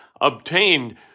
obtained